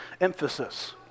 emphasis